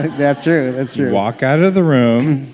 that's true. that's true walk out of the room,